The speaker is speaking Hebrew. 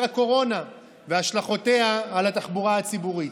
הקורונה והשלכותיה על התחבורה הציבורית.